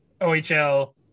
OHL